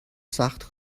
سخت